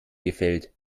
gefällt